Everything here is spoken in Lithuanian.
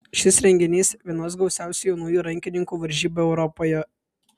šis renginys vienos gausiausių jaunųjų rankininkų varžybų europoje